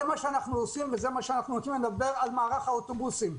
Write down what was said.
זה מה שאנחנו עושים ואנחנו רוצים לדבר על מערך האוטובוסים.